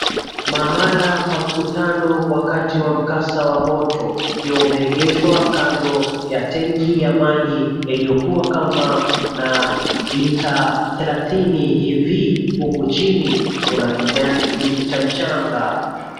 Mahala pa mkutano, wakati mkasa wa moto ukiwa umeegeshwa kando ya tenki ya maji, iliyokuwa kama na lita thelathini hivi huku chini, kuna kijani kibichi cha mchanga.